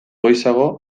goizago